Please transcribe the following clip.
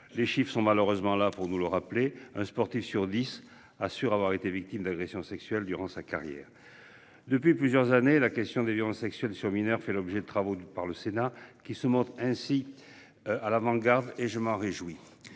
Les chiffres sont malheureusement là pour nous le rappeler. Un sportif sur 10 assurent avoir été victime d'agression sexuelle durant sa carrière. Depuis plusieurs années la question des violences sexuelles sur mineurs fait l'objet de travaux par le Sénat qui se monte ainsi. À l'avant-garde et je m'en réjouis.